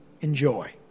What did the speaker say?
enjoy